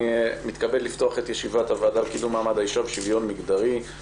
אני מתכבד לפתוח את ישיבת הוועדה לקידום מעמד האישה ושוויון מגדרי.